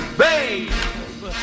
babe